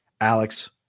alex